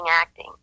acting